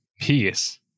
peace